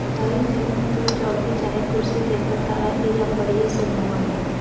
हइ जवन तू चउकी चाहे कुर्सी देखताड़ऽ इ लकड़ीये से न बनेला